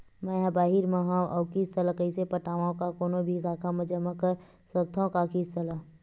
मैं हा बाहिर मा हाव आऊ किस्त ला कइसे पटावव, का कोनो भी शाखा मा जमा कर सकथव का किस्त ला?